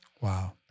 Wow